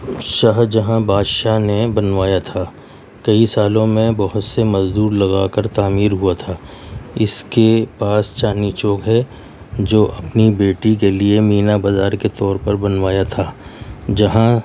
شاہجہاں بادشاہ نے بنوایا تھا کئی سالوں میں بہت سے مزدور لگا کر تعمیر ہوا تھا اس کے پاس چاندنی چوک ہے جو اپنی بیٹی کے لئے مینا بازار کے طور پر بنوایا تھا جہاں